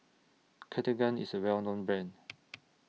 Cartigain IS A Well known Brand